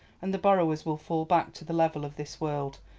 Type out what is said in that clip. and the borrowers will fall back to the level of this world,